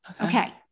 okay